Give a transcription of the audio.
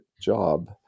job